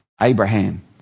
Abraham